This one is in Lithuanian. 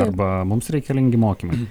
arba mums reikalingi mokymai